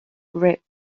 gripped